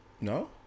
No